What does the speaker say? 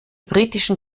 britischen